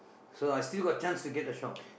so I still got chance to get a shop